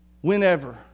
whenever